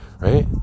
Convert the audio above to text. right